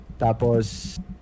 Tapos